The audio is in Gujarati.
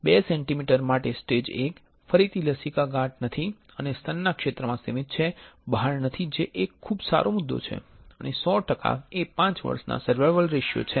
2 સેન્ટીમીટર માટે સ્ટેજ I ફરીથી લસિકા ગાંઠ નથી અને સ્તનના ક્ષેત્રમાં સીમિત છે બહાર નથી જે એક સારો મુદ્દો છે અને 100 ટકા એ 5 વર્ષનો સર્વાયવલ રેશિયો છે